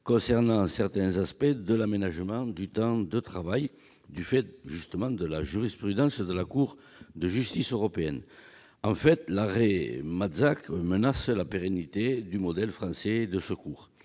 concernant certains aspects de l'aménagement du temps de travail, du fait de la jurisprudence de la Cour de justice européenne. L'arrêt Matzak menace la pérennité du modèle français de secours.